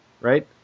right